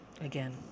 Again